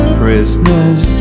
prisoners